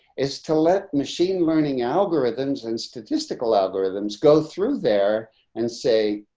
is to let machine learning algorithms and statistical algorithms go through there and say,